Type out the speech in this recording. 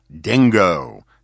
dingo